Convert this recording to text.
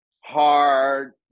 hard